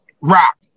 rock